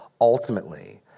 ultimately